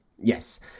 Yes